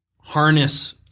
harness